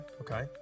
okay